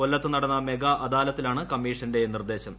കൊല്ലത്ത് നടന്ന മെഗാ അദാലത്തിലാണ് കമ്മീഷന്റെ നിർദേശം